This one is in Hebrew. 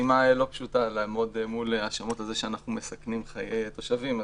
משימה לא פשוטה לעמוד מול ההאשמות שאנחנו מסכנים חיי תושבים.